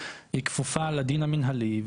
היא כפופה לדין המנהלי,